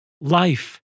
Life